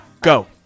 Go